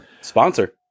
Sponsor